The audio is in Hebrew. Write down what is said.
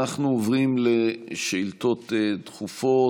אנחנו עוברים לשאילתות דחופות.